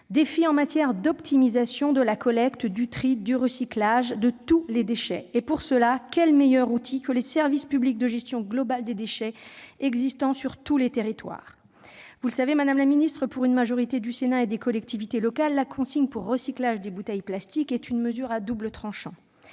défis en matière d'optimisation de la collecte, de tri et de recyclage de tous les déchets. Dans cette perspective, quel meilleur outil que les services publics de gestion globale des déchets qui existent sur tous les territoires ? Vous le savez, madame la secrétaire d'État, aux yeux d'une majorité de sénateurs et d'élus des collectivités locales, la consigne pour recyclage des bouteilles en plastique est une mesure à double tranchant